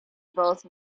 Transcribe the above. both